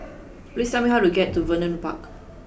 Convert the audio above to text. please tell me how to get to Vernon Park